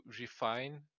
refine